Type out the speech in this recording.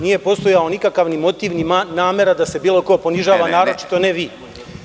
Nije postojao nikakav motiv, namera da se neko ponižava, a naročito ne vi.